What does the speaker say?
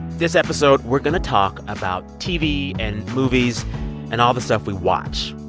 this episode we're going to talk about tv and movies and all the stuff we watch.